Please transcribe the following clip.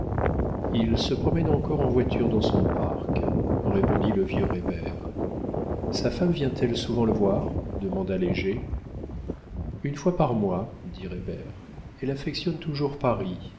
il se promène encore en voiture dans son parc répondit le vieux reybert sa femme vient-elle souvent le voir demanda léger une fois par mois dit reybert elle affectionne toujours paris